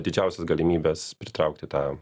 didžiausias galimybes pritraukti tą